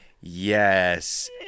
yes